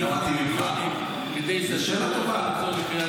מיליונים כדי --- קריית שמונה.